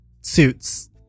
suits